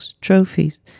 trophies